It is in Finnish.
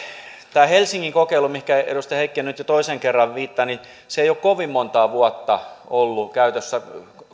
tämä helsingin kokeilu mihinkä edustaja heikkinen nyt jo toisen kerran viittaa ei ole kovin montaa vuotta ollut käytössä